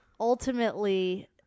ultimately